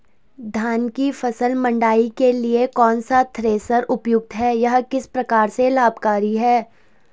धान की फसल मड़ाई के लिए कौन सा थ्रेशर उपयुक्त है यह किस प्रकार से लाभकारी है?